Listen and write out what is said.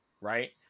right